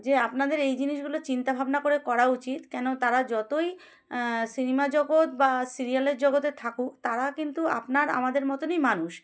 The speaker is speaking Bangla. যে আপনাদের এই জিনিসগুলো চিন্তাভাবনা করে করা উচিত কেন তারা যতই সিনেমা জগৎ বা সিরিয়ালের জগতে থাকুক তারা কিন্তু আপনার আমাদের মতনই মানুষ